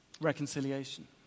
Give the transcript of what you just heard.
reconciliation